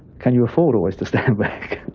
can you afford always to stand back?